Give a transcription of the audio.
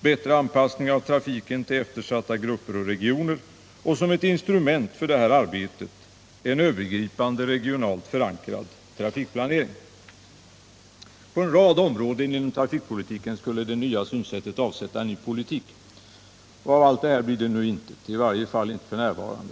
bättre anpassning av trafiken till eftersatta grupper och regioner och som instrument för det här arbetet en övergripande regionalt förankrad trafikplanering. På en rad områden inom trafikpolitiken skulle detta nya synsätt avsätta en ny politik. Av allt detta blir nu intet, i varje fall inte f.n.